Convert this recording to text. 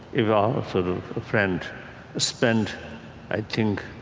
if a friend spend i think